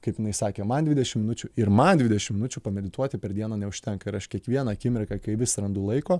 kaip jinai sakė man dvidešim minučių ir man dvidešim minučių pamedituoti per dieną neužtenka ir aš kiekvieną akimirką kai vis randu laiko